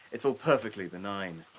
it's all perfectly benign.